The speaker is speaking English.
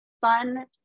fun